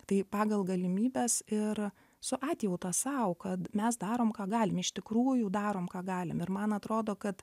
tai pagal galimybes ir su atjauta sau kad mes darom ką galim iš tikrųjų darom ką galim ir man atrodo kad